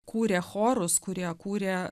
kūrė chorus kurie kūrė